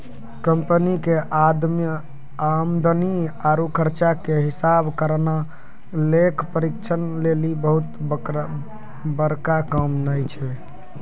company के आमदनी आरु खर्चा के हिसाब करना लेखा परीक्षक लेली बहुते बड़का काम नै छै